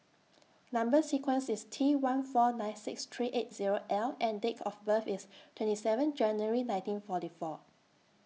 Number sequence IS T one four nine six three eight Zero L and Date of birth IS twenty seven January nineteen forty four